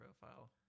profile